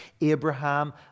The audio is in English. Abraham